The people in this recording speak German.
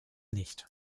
nicht